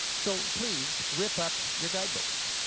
so please rip up your guide books